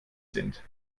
sind